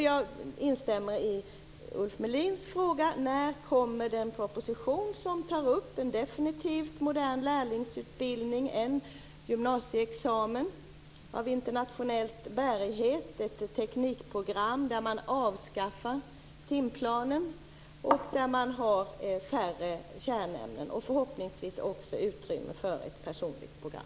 Jag instämmer i Ulf Melins fråga: När kommer den proposition där regeringen tar upp en definitiv, modern lärlingsutbildning, en gymnasieexamen av internationell bärighet och ett teknikprogram där man avskaffar timplanen, har färre kärnämnen och förhoppningsvis också har utrymme för ett personligt program?